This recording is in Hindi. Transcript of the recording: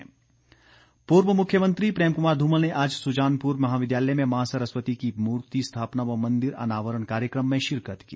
धुमल पूर्व मुख्यमंत्री प्रेम कुमार धूमल ने आज सुजानपुर महाविद्यालय में मां सरस्वती की मूर्ति स्थापना व मंदिर अनावरण कार्यक्रम में शिरकत की